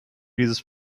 dieses